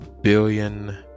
billion